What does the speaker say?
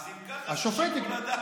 אז אם כך, זה שיקול הדעת שלו.